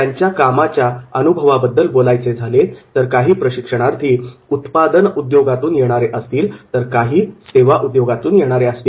त्यांच्या कामाच्या अनुभवाबद्दल बोलायचे झाले तर काही प्रशिक्षणार्थी उत्पादन उद्योगांतून येणारे असतील तर काही सेवा उद्योगातून येणारे असतील